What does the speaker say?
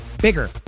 bigger